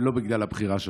ולא בגלל הבחירה שלך.